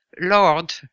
Lord